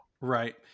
Right